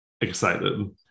excited